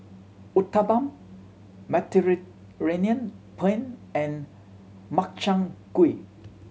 Uthapam Mediterranean Penne and Makchang Gui